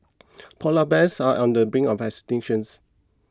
Polar Bears are on the brink of extinctions